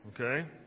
Okay